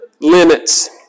limits